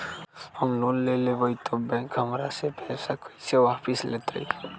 हम लोन लेलेबाई तब बैंक हमरा से पैसा कइसे वापिस लेतई?